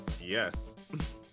Yes